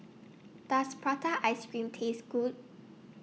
Does Prata Ice Cream Taste Good